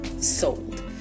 sold